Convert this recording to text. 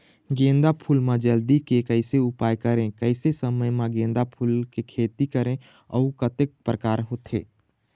गेंदा फूल मा जल्दी के कैसे उपाय करें कैसे समय मा गेंदा फूल के खेती करें अउ कतेक प्रकार होथे?